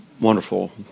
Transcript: wonderful